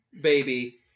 baby